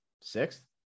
sixth